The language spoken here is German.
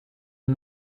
man